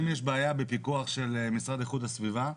זאת אומרת אם יש בעיה בפיקוח של משרד איכות הסביבה?